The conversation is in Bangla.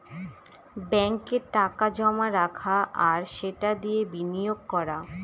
ব্যাঙ্কে টাকা জমা রাখা আর সেটা দিয়ে বিনিয়োগ করা